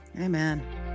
Amen